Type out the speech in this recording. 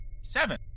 Seven